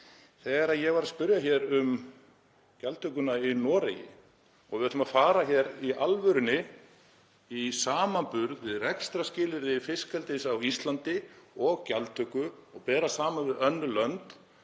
Þegar ég var að spyrja hér um gjaldtökuna í Noregi, ef við ætlum að fara í alvörunni í samanburð við rekstrarskilyrði fiskeldis á Íslandi og gjaldtöku og bera saman við önnur lönd,